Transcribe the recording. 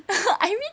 I mean